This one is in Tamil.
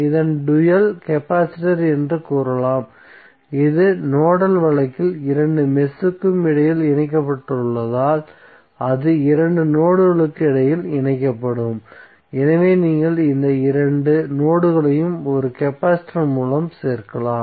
இதன் டூயல் கெபாசிட்டர் என்று கூறலாம் இது நோடல் வழக்கில் இரண்டு மெஷ்க்கு இடையில் இணைக்கப்பட்டுள்ளதால் அது இரண்டு நோட்களுக்கு இடையில் இணைக்கப்படும் எனவே நீங்கள் இந்த இரண்டு நோட்களையும் ஒரு கெபாசிட்டர் மூலம் சேர்க்கலாம்